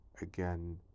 again